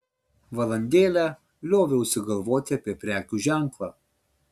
valandėlę lioviausi galvoti apie prekių ženklą